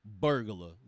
Burglar